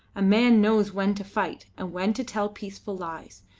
a man knows when to fight and when to tell peaceful lies.